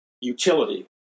utility